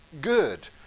good